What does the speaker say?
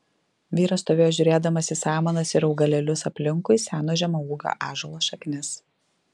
vyras stovėjo žiūrėdamas į samanas ir augalėlius aplinkui seno žemaūgio ąžuolo šaknis